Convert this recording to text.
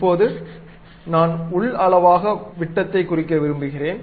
இப்போது நான் உள் அளவாக விட்டத்தை குறிக்க விரும்புகிறேன்